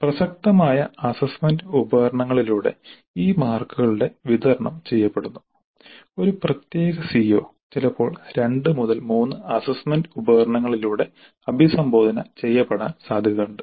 പ്രസക്തമായ അസ്സസ്സ്മെന്റ് ഉപകരണങ്ങളിലൂടെ ഈ മാർക്കുകളുടെ വിതരണം ചെയ്യപ്പെടുന്നു ഒരു പ്രത്യേക സിഒ ചിലപ്പോ 2 3 അസ്സസ്സ്മെന്റ് ഉപകരണങ്ങളിലൂടെ അഭിസംബോധന ചെയ്യപ്പെടാൻ സാധ്യതയുണ്ട്